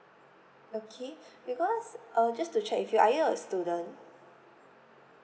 okay because uh just to check with you are you a student